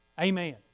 Amen